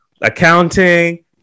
accounting